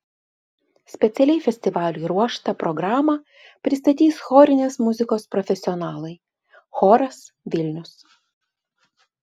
specialiai festivaliui ruoštą programą pristatys chorinės muzikos profesionalai choras vilnius